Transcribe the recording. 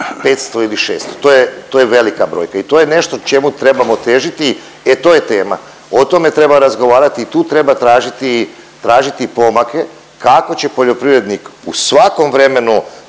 500 ili 600. To je, to je velika brojka i to je nešto čemu trebamo težiti. E to je tema, o tome treba razgovarati i tu treba tražiti, tražiti pomake kako će poljoprivrednik u svakom vremenu